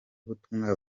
butumwa